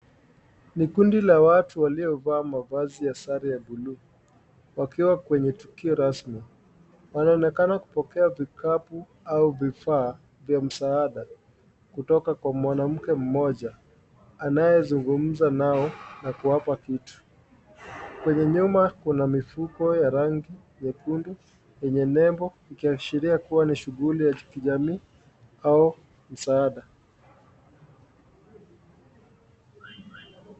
Ni kundi la watu waliovaa mavazi ya sare ya buluu wakiwa kwenye tukio rasmi. Wanaonekana kupokea vikapu au vifaa vya msaada kutoka kwa mwanamke mmoja anayezungumza nao na kuwapa kitu , kwenye nyuma kuna mifuko ya rangi nyekundu yenye nembo ikiashiria kuwa ni shughuli ya kijamii au msaada.